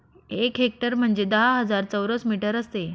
एक हेक्टर म्हणजे दहा हजार चौरस मीटर असते